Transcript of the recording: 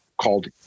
called